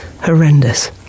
horrendous